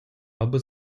аби